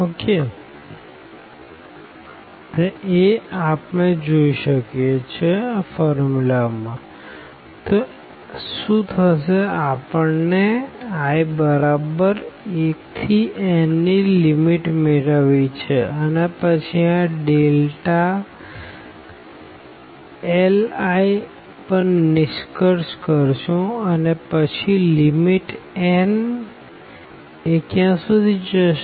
xilicos ⟹Δli1cos Δxi cos 11 ⟹1cos 1fi2 તો આપણને i 1 થી n થી લીમીટ મેળવવી છે અને પછી આ ડેલ્ટા l i પર નિષ્કર્ષ કરશું અને પછી લીમીટ n એ સુધી જશે